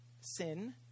sin